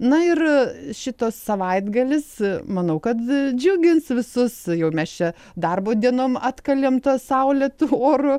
na ir šitas savaitgalis manau kad džiugins visus jau mes čia darbo dienom atkalėm tuo saulėtu oru